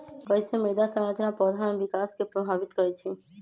कईसे मृदा संरचना पौधा में विकास के प्रभावित करई छई?